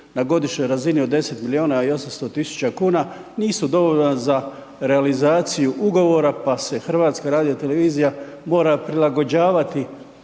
na godišnjoj razini od 10 milijuna i 800 tisuća kuna nisu dovoljna za realizaciju ugovora pa se HRT mora prilagođavati